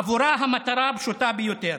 עבורה המטרה פשוטה ביותר: